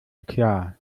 eklat